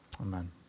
Amen